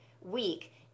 week